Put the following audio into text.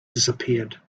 disappeared